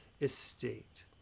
estate